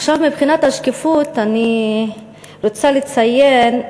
עכשיו, מבחינת השקיפות, אני רוצה לציין,